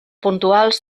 puntuals